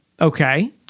okay